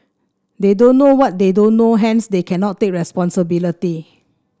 they don't know what they don't know hence they cannot take responsibility